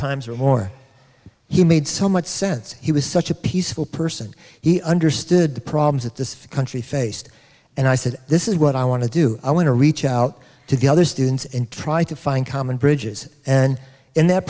times or more you made so much sense he was such a peaceful person he understood the problems that this country faced and i said this is what i want to do i want to reach out to the other students and try to find common bridges and in that